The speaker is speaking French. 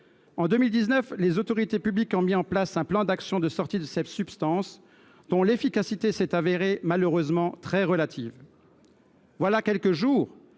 En 2019, les autorités publiques ont mis en place un plan d’action de sortie du glyphosate ; l’efficacité de ce plan s’est révélée malheureusement très relative. Voilà quelques jours,